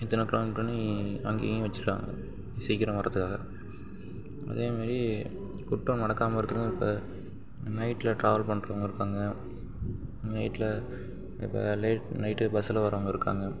இத்தனை கிலோமீட்டருனு அங்கேயும் வச்சிருக்காங்க சீக்கிரம் வரதுக்காக அதே மாதிரி குற்றம் நடக்காமல் நைட்டில் ட்ராவல் பண்ணுறவங்க இருப்பாங்க நைட்டில் இப்போ லேட் நைட்டு பஸ்ஸில் வரவங்க இருக்காங்க